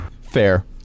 Fair